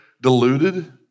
deluded